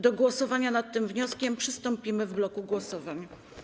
Do głosowania nad tym wnioskiem przystąpimy w bloku głosowań.